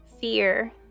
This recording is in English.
Fear